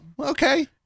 okay